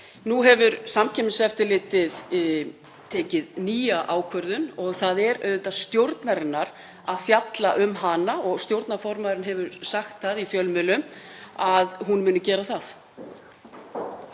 Nú hefur Samkeppniseftirlitið tekið nýja ákvörðun. Það er auðvitað stjórnarinnar að fjalla um hana og stjórnarformaðurinn hefur sagt í fjölmiðlum að hún muni gera það.